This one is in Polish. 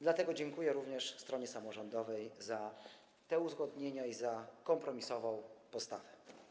Dlatego dziękuję również stronie samorządowej za te uzgodnienia i za kompromisową postawę.